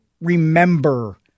remember